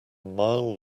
mile